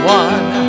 one